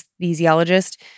anesthesiologist